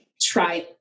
try